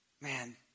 Man